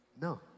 No